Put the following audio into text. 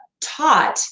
taught